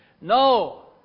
No